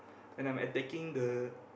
when I'm attacking the